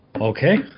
Okay